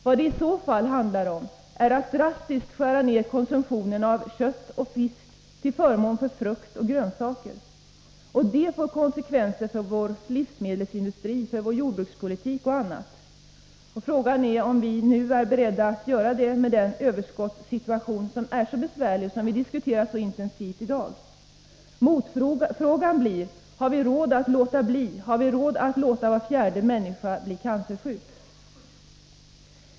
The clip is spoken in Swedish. Vad det i så fall handlar om är att drastiskt skära ner konsumtionen av kött och fett till förmån för frukt och grönsaker. Det får konsekvenser för vår livsmedelsindustri, för vår jordbrukspolitik och annat. Frågan är om vi nu är beredda att göra det med tanke på den överskottssituation som är så besvärlig och som vi diskuterar så intensivt i dag. Motfrågan blir: Har vi råd att låta bli, har vi råd att låta var fjärde människa bli cancersjuk?